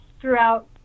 throughout